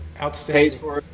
Outstanding